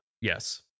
Yes